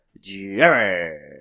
Jerry